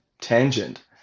Tangent